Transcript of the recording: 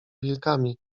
wilkami